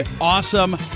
Awesome